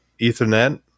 Ethernet